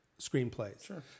screenplays